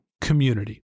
community